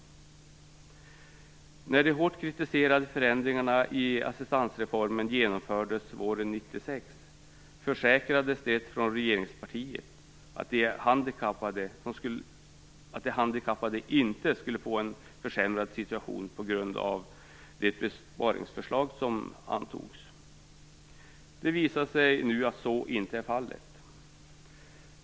Våren 1996, då de hårt kritiserade förändringarna i assistansreformen genomfördes, försäkrade man från regeringspartiet att de handikappade inte skulle få en försämrad situation på grund av det besparingsförslag som antogs. Det visar sig nu att så inte är fallet.